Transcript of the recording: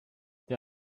der